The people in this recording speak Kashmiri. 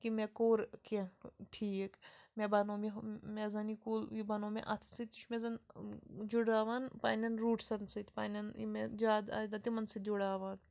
کہِ مےٚ کوٚر کیٚنہہ ٹھیٖک مےٚ بنوو مےٚ زَنہٕ یہِ کُل بنوو مےٚ اَتھ سۭتۍ یہِ چھُ مےٚ زَنہٕ جُڈاوان پَنٛنٮ۪ن روٗٹَسَن سۭتۍ پَنٛنٮ۪ن یِم مےٚ جَد اجداد تِمَن سۭتۍ جُڈاوان